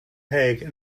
hague